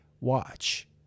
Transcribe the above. watch